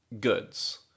goods